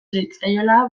zitzaiola